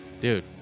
dude